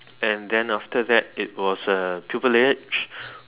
and then after that it was uh pupilage